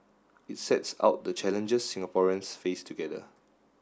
it sets out the challenges Singaporeans face together